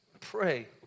Pray